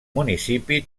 municipi